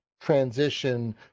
transition